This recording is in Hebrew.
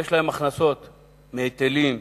ויש להן הכנסות מהיטלים,